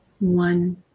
one